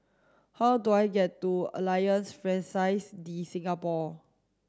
how do I get to Alliance Francaise de Singapour